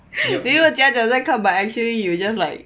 you know 在假假再看 you just like